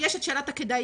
יש את שאלת הכדאיות.